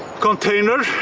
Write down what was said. container,